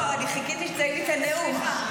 לא, אני חיכיתי --- את הנאום.